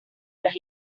tras